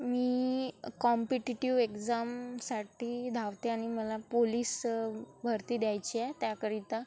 मी competitive एक्झामसाठी धावते आणि मला पोलिस भरती द्यायची आहे त्याकरिता